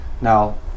now